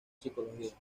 psicología